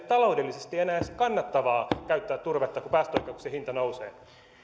taloudellisesti enää edes kannattavaa käyttää turvetta kun päästöoikeuksien hinta nousee